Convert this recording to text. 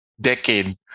decade